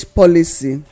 policy